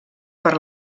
per